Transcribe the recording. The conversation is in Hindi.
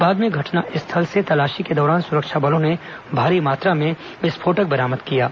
बाद में घटनास्थल से तलाशी के दौरान सुरक्षा बलों ने भारी मात्रा में विस्फोटक बरामद किया है